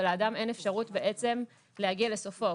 ולאדם אין אפשרות בעצם להגיע לסופו.